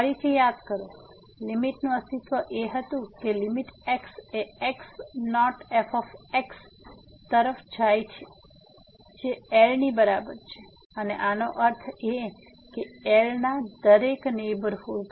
ફરીથી યાદ કરો લીમીટ નું અસ્તિત્વ એ હતું કે લીમીટ x એ x naught f તરફ જાય છે જે L ની બરાબર છે અને આનો અર્થ એ કે L ના દરેક નેહબરહુડ